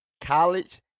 college